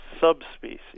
subspecies